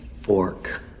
Fork